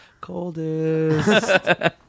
coldest